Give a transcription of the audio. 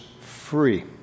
free